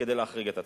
כדי להחריג את עצמם.